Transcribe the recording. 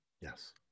Yes